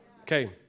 Okay